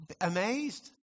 amazed